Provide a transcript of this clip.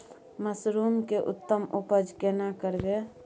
Mushroom के उत्तम उपज केना करबै?